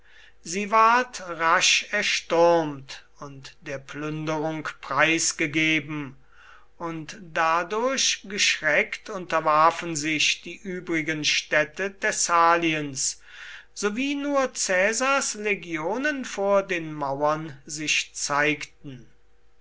sie ward rasch erstürmt und der plünderung preisgegeben und dadurch geschreckt unterwarfen sich die übrigen städte thessaliens sowie nur caesars legionen vor den mauern sich zeigten